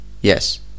yes